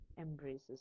embraces